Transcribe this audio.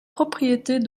propriétés